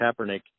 Kaepernick